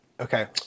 Okay